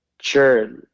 sure